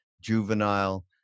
juvenile